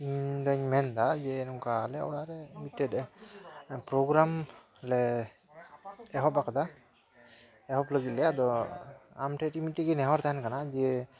ᱤᱧ ᱫᱚᱧ ᱢᱮᱱᱫᱟ ᱡᱮ ᱱᱚᱝᱠᱟ ᱟᱞᱮ ᱚᱲᱟᱜ ᱨᱮ ᱢᱤᱫᱴᱮᱱ ᱯᱨᱳᱜᱨᱟᱢ ᱞᱮ ᱮᱦᱚᱵ ᱟᱠᱟᱫᱟ ᱮᱦᱚᱵ ᱞᱟᱹᱜᱤᱫ ᱞᱮ ᱟᱫᱚ ᱟᱢ ᱴᱷᱮᱱ ᱢᱤᱫᱴᱮᱱ ᱜᱮ ᱱᱮᱦᱚᱨ ᱛᱟᱦᱮᱱ ᱠᱟᱱᱟ ᱡᱮ